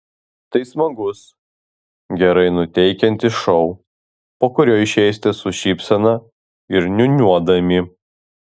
tai smagus gerai nuteikiantis šou po kurio išeisite su šypsena ir niūniuodami